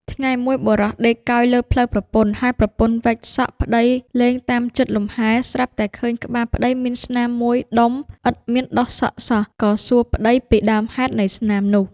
ថ្ងៃមួយ បុរសដេកកើយលើភ្លៅប្រពន្ធ ហើយប្រពន្ធវែកសក់ប្តីលេងតាមចិត្តលំហែ ស្រាប់តែឃើញក្បាលប្តីមានស្នាមមួយដុំឥតមានដុះសក់សោះ ក៏សួរប្តីពីដើមហេតុនៃស្នាមនោះ។